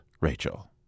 Rachel